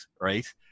right